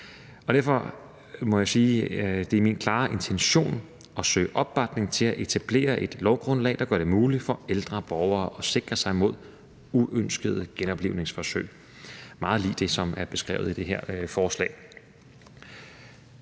Derfor må jeg sige, at det er min klare intention at søge opbakning til at etablere et lovgrundlag, der gør det muligt for ældre borgere at sikre sig mod uønskede genoplivningsforsøg, meget lig det, som er beskrevet i det her forslag.